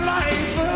life